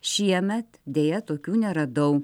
šiemet deja tokių neradau